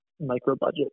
micro-budget